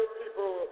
people